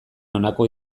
honakoa